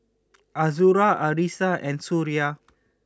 Azura Arissa and Suria